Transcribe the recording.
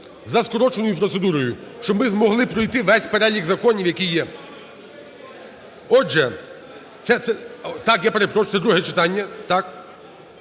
за скороченою процедурою, щоб ми змогли пройти весь перелік законів, який є. Отже це… Так,